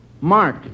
Mark